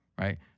right